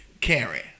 Karen